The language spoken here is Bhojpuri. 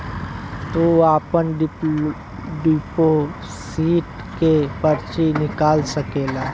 तू आपन डिपोसिट के पर्ची निकाल सकेला